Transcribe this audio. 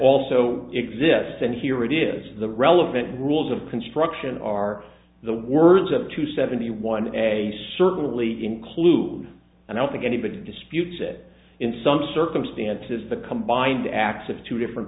also exists and here it is the relevant rules of construction are the words of two seventy one a certainly includes i don't think anybody disputes that in some circumstances the combined acts of two different